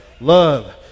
love